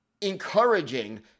encouraging